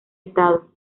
estado